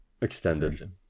Extended